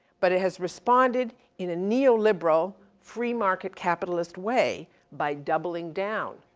but it has responded in a neoliberal free-market capitalist way by doubling down.